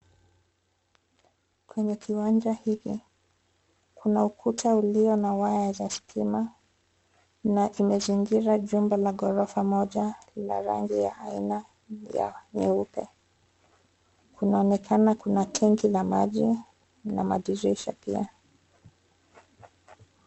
Kwenye kiwanja hiki kuna ukuta ulio na waya za stima na imezingira jumba la ghorofa moja la rangi ya aina ya nyeupe. Kunaonekana kuwa na rangi ya maji na madirisha pia .